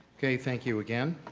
okay, thank you again.